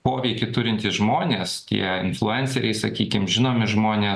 poveikį turintys žmonės tie influenceriai sakykim žinomi žmonės